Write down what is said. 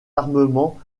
armements